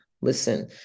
listen